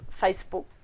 Facebook